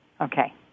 Okay